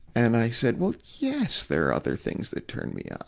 and i said, well, yes there are other things that turn me on.